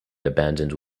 abandoned